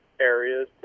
areas